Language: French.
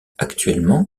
actuellement